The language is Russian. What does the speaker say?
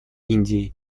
индии